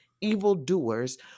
evildoers